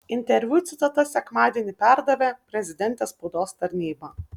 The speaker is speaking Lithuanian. interviu citatas sekmadienį perdavė prezidentės spaudos tarnyba